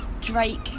Drake